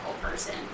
person